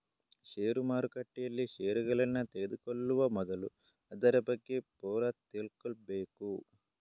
ಷೇರು ಮಾರುಕಟ್ಟೆಯಲ್ಲಿ ಷೇರುಗಳನ್ನ ತೆಗೆದುಕೊಳ್ಳುವ ಮೊದಲು ಅದರ ಬಗ್ಗೆ ಪೂರ ತಿಳ್ಕೊಬೇಕು